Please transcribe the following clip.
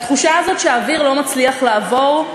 התחושה הזאת שהאוויר לא מצליח לעבור,